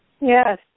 Yes